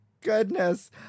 goodness